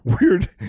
weird